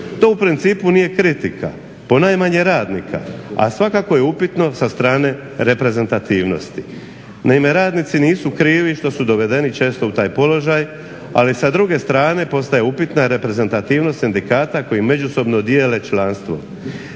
To u principu nije kritika, ponajmanje radnika, a svakako je upitno sa strane reprezentativnosti. Naime, radnici nisu krivi što su dovedeni često u taj položaj, ali sa druge strane postaje upitna reprezentativnost sindikata koji međusobno dijele članstvo.